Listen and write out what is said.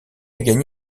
gagné